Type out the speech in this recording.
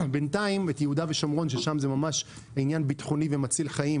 בינתיים ביהודה ושומרון שם זה ממש עניין ביטחוני ומציל חיים